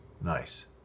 nice